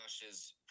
Josh's